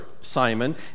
Simon